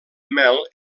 mel